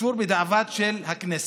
אישור בדיעבד של הכנסת.